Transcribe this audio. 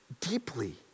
deeply